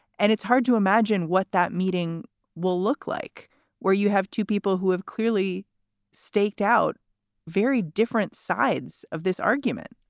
and it's hard to imagine what that meeting will look like where you have two people who have clearly staked out very different sides of this argument